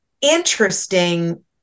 interesting